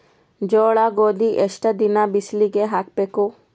ಜೋಳ ಗೋಧಿ ಎಷ್ಟ ದಿನ ಬಿಸಿಲಿಗೆ ಹಾಕ್ಬೇಕು?